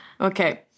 Okay